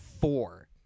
four